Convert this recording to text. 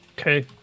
Okay